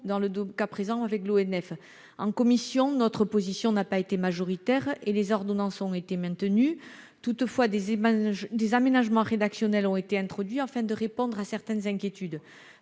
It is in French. dans le cas de l'ONF, par ordonnances. En commission, notre position n'a pas été majoritaire et les ordonnances ont été maintenues. Toutefois, des aménagements rédactionnels ont été introduits, afin de répondre à certaines inquiétudes.